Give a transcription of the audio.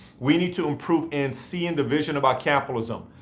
we need to improve in seeing the vision about capitalism.